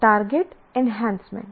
target enhancement